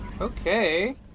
Okay